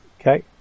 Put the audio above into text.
Okay